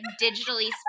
digitally